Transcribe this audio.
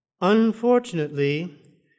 unfortunately